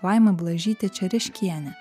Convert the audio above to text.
laima blažytė čereškienė